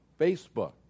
Facebook